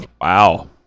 Wow